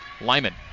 Lyman